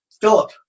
Philip